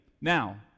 Now